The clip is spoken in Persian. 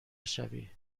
شوی